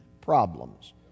problems